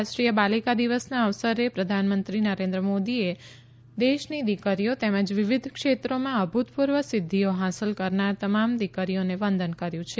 રાષ્ટ્રીય બાલિકા દિવસના અવસરે પ્રધાનમંત્રી નરેન્દ્ર મોદીએ દેશની દીકરીઓ તેમજ વિવિધ ક્ષેત્રોમાં અભૂતપૂર્વ સિદ્ધિઓ હાંસલ કરનાર તમામ દીકરીઓને વંદન કર્યું છે